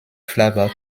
flavor